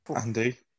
Andy